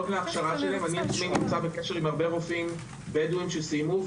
אני בעצמי נמצא בקשר עם הרבה רופאים בדואים שסיימו,